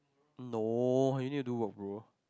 no you need to do work bro